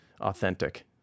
authentic